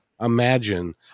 imagine